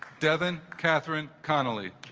devon katherine connolly